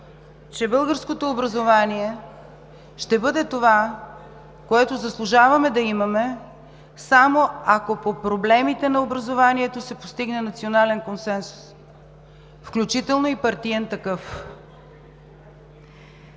че българското образование ще бъде това, което заслужаваме да имаме, само ако по проблемите на образованието се постигне национален консенсус, включително и партиен такъв.